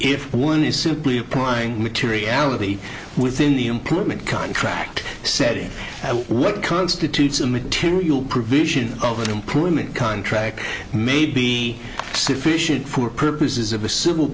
if one is simply applying materiality within the employment contract setting and what constitutes a material provision of an employment contract may be sufficient for purposes of a civil